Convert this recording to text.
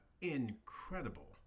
incredible